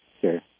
Sure